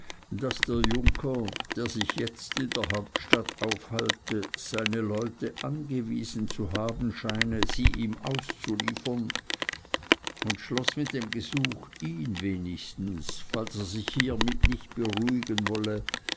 daß der junker der sich jetzt in der hauptstadt aufhalte seine leute angewiesen zu haben scheine sie ihm auszuliefern und schloß mit dem gesuch ihn wenigstens falls er sich hiermit nicht beruhigen wolle